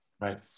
Right